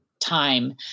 time